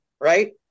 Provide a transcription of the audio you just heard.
right